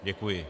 Děkuji.